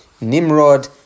Nimrod